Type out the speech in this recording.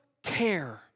care